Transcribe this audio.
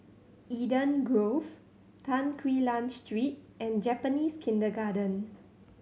Eden Grove Tan Quee Lan Street and Japanese Kindergarten